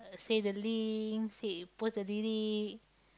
say the link say it post already